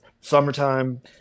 Summertime